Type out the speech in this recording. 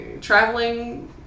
traveling